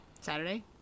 Saturday